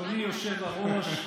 אדוני יושב-הראש,